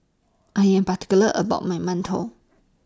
I Am particular about My mantou